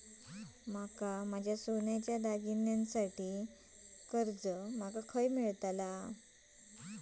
माका माझ्या सोन्याच्या दागिन्यांसाठी माका कर्जा माका खय मेळतल?